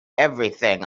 everything